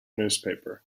newspaper